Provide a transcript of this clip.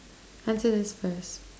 answer this first